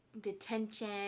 detention